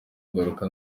ngaruka